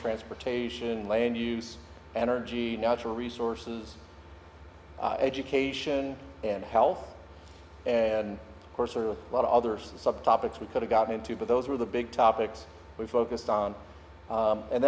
transportation land use energy natural resources education and health and of course there are a lot of others subtopics we could have gotten into but those were the big topics we focused on